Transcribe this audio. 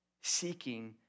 seeking